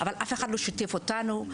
אף אחד לא שיתף אותנו,